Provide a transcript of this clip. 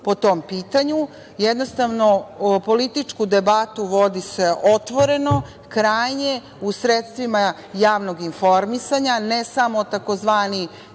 po tom pitanju. Jednostavno političku debatu vodi otvoreno, krajnje u sredstvima javnog informisanja, ne samo tzv.